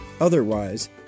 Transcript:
Otherwise